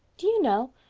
do you know,